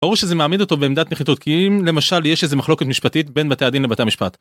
ברור שזה מעמיד אותו בעמדת נחיתות. כי אם, למשל, יש איזה מחלוקת משפטית בין בתי הדין לבתי המשפט.